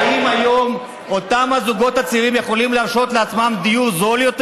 האם היום הזוגות הצעירים יכולים להרשות לעצמם דיור זול יותר?